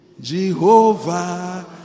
Jehovah